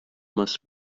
must